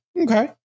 okay